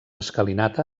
escalinata